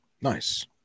Nice